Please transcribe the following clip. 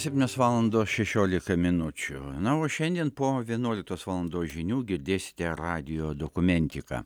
septynios valandos šešiolika minučių na o šiandien po vienuoliktos valandos žinių girdėsite radijo dokumentiką